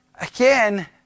again